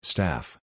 Staff